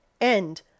End